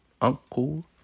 uncle